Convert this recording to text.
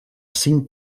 cinc